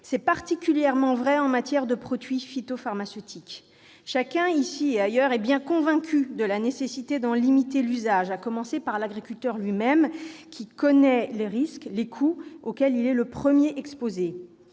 C'est particulièrement vrai en matière de produits phytopharmaceutiques. Chacun, ici et ailleurs, est convaincu de la nécessité de limiter l'usage de ces produits, à commencer par l'agriculteur lui-même : il en connaît le coût et les risques, auxquels il est le premier exposé.